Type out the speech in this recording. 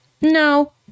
no